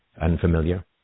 unfamiliar